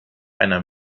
einer